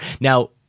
Now